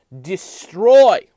destroy